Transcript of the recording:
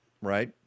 Right